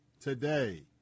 today